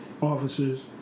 Officers